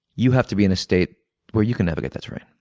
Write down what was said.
you have to be in a state where you can navigate that terrain.